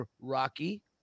Rocky